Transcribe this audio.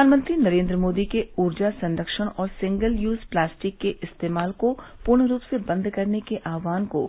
प्रधानमंत्री नरेंद्र मोदी के ऊर्जा संरक्षण और सिंगल यूज प्लास्टिक के इस्तेमाल को पूर्ण रूप से बंद करने के आह्वान को